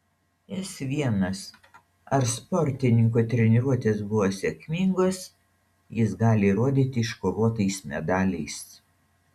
s l ar sportininko treniruotės buvo sėkmingos jis gali įrodyti iškovotais medaliais